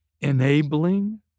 enabling